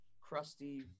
crusty